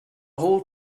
whole